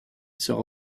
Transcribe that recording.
sera